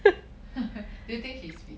do you think she is fit